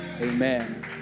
Amen